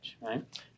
right